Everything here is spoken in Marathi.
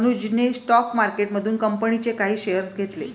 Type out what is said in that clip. अनुजने स्टॉक मार्केटमधून कंपनीचे काही शेअर्स घेतले